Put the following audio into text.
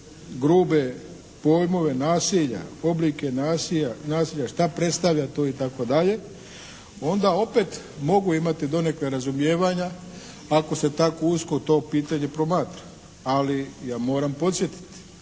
grube pojmove nasilja, oblike nasilja, šta predstavlja to itd. onda opet mogu imati donekle razumijevanja ako se tako usko to pitanje promatra. Ali ja moram podsjetiti